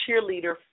cheerleader